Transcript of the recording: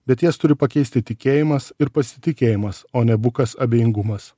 bet jas turi pakeisti tikėjimas ir pasitikėjimas o ne bukas abejingumas